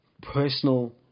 personal